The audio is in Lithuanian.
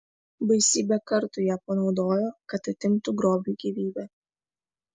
baisybę kartų ją panaudojo kad atimtų grobiui gyvybę